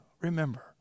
remember